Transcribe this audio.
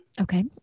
Okay